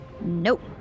Nope